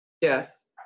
Yes